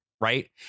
right